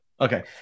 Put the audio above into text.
Okay